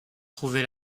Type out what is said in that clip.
trouvé